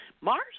Mars